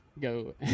go